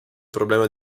problema